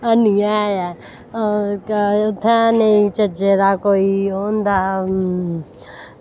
हैनी ऐ इत्थें ना कोई चज्जै दा